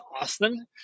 Austin